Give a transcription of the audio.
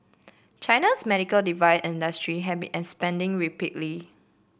China's medical industry have been expanding rapidly